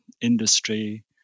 industry